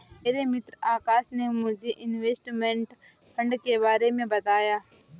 मेरे मित्र आकाश ने मुझे इनवेस्टमेंट फंड के बारे मे बताया